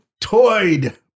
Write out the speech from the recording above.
toyed